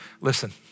Listen